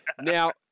now